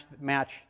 match